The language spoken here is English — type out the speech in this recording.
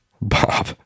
Bob